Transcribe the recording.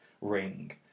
ring